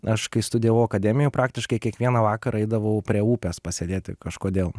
aš kai studijavau akademijoj praktiškai kiekvieną vakarą eidavau prie upės pasėdėti kažkodėl